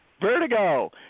Vertigo